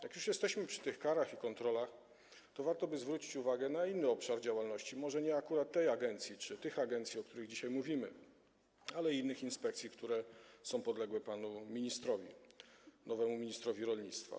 Jeśli już jesteśmy przy tych karach i kontrolach, to warto by zwrócić uwagę na inny obszar działalności, może nie akurat tej agencji czy tych agencji, o których dzisiaj mówimy, ale innych inspekcji, które są podległe panu ministrowi, tj. nowemu ministrowi rolnictwa.